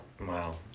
Wow